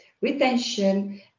retention